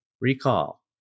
Recall